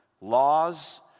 laws